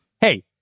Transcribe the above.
hey